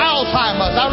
Alzheimer's